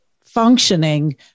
functioning